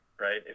right